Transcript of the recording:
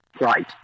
Right